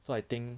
so I think